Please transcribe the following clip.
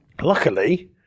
luckily